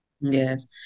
Yes